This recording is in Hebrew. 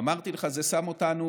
אמרתי לך, זה שם אותנו